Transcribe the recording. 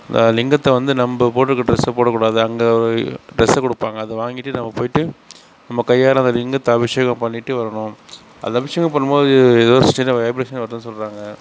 அந்த லிங்கத்தை வந்து நம்ம போட்டிருக்கற டிரெஸ்ஸை போடக்கூடாது அங்கே ஒரு டிரெஸு கொடுப்பாங்க அதை வாங்கிட்டு நம்ம போயிட்டு நம்ம கையால் அந்த லிங்கத்தை அபிஷேகம் பண்ணிட்டு வரணும் அது அபிஷேகம் பண்ணும்போது ஏதோ சின்ன வைப்ரேஷன் வருதுன்னு சொல்கிறாங்க